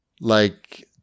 like-